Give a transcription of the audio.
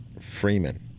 Freeman